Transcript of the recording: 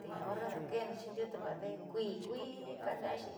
te horre daake'endoxi ndiute vaade'e kuii. kuii kaanda'axi.